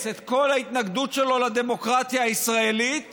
את כל ההתנגדות שלו לדמוקרטיה הישראלית